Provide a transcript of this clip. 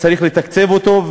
צריך לתקצב אותו,